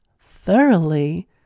thoroughly